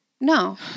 No